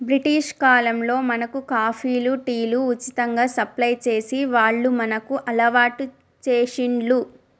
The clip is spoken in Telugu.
బ్రిటిష్ కాలంలో మనకు కాఫీలు, టీలు ఉచితంగా సప్లై చేసి వాళ్లు మనకు అలవాటు చేశిండ్లు